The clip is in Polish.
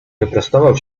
wyprostował